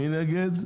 מי נגד?